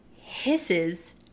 hisses